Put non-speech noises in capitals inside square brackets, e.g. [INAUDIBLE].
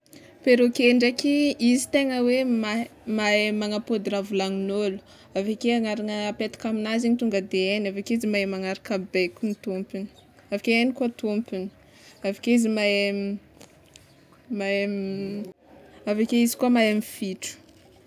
Perroquet ndraiky, izy tegna hoe mahay mahay magnapôdy raha volanin'ôlo, aveke agnarana apetaka aminazy igny tonga de hainy, aveke izy mahay magnaraka baikon'ny tômpony de aveke hainy koa tômpony, aveke izy mahay mahay [HESITATION] avake izy koa mahay mifitro.